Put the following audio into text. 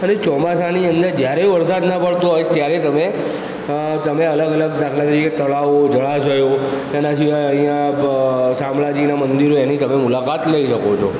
અને ચોમાસાની અંદર જ્યારે વરસાદ ના પડતો હોય ત્યારે તમે અં તમે અલગ અલગ દાખલા તરીકે તળાવો જળાશયો એના સિવાય અહીંયા બ શામળાજીના મંદિરો એની તમે મુલાકાત લઇ શકો છો